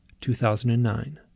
2009